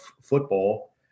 football